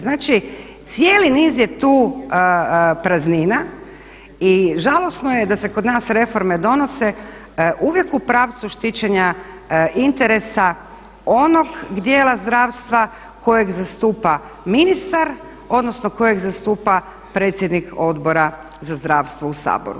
Znači, cijeli niz je tu praznina i žalosno je da se kod nas reforme donose uvijek u pravcu štićenja interesa onog dijela zdravstva kojeg zastupa ministar, odnosno kojeg zastupa predsjednik Odbora za zdravstvo u Saboru.